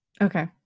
Okay